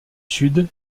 sud